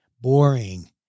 boring